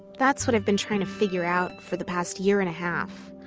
that's what i've been trying to figure out for the past year and a half,